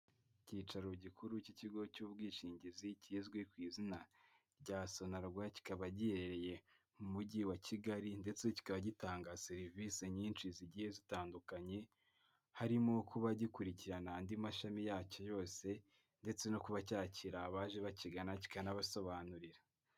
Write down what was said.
Icyicaro gikuru cy'ikigo cy'ubwishingizi kizwi ku izina rya Sonarwa kikaba giherereye mu mujyi wa Kigali ndetse kikaba gitanga serivisi nyinshi zigiye zitandukanye, harimo kuba gikurikirana andi mashami yacyo yose ndetse no kuba cyakira abaje bakigana kikanabasobanurira.